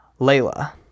Layla